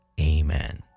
amen